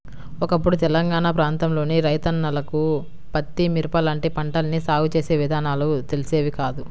ఒకప్పుడు తెలంగాణా ప్రాంతంలోని రైతన్నలకు పత్తి, మిరప లాంటి పంటల్ని సాగు చేసే విధానాలు తెలిసేవి కాదు